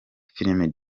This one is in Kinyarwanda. film